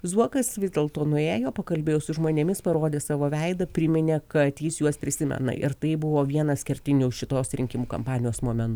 zuokas vis dėlto nuėjo pakalbėjo su žmonėmis parodė savo veidą priminė kad jis juos prisimena ir tai buvo vienas kertinių šitos rinkimų kampanijos momentų